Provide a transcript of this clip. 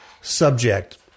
subject